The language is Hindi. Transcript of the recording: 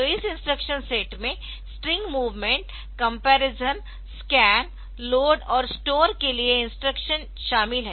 तो इस इंस्ट्रक्शन सेट में string movement comparison scan load और स्टोर के लिए इंस्ट्रक्शन शामिल है